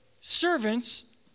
Servants